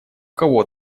кого